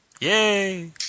Yay